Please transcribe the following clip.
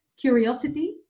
curiosity